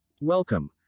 Welcome